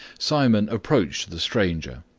simon approached the stranger,